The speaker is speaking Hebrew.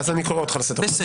אני קורא אותך לסדר פעם שלישית.